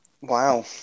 Wow